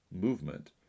movement